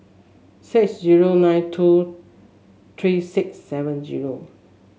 six zero nine two three six seven zero